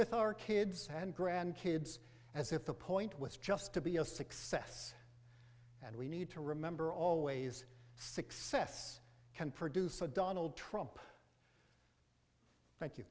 with our kids and grand kids as if the point was just to be a success and we need to remember always success can produce a donald trump